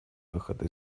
выхода